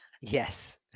Yes